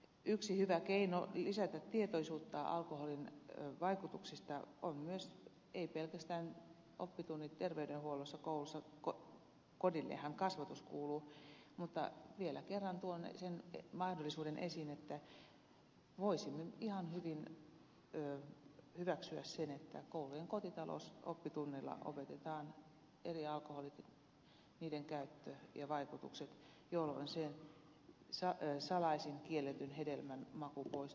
yksi hyvä keino lisätä tietoisuutta alkoholin vaikutuksista on myös se ei pelkästään oppitunnit terveydenhuollossa koulussa kodillehan kasvatus kuuluu ja vielä kerran tuon sen mahdollisuuden esiin että voisimme ihan hyvin hyväksyä sen että koulujen kotitalousoppitunneilla opetetaan eri alkoholit niiden käyttö ja vaikutukset jolloin salaisen kielletyn hedelmän maku poistuu